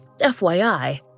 FYI